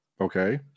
Okay